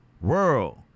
world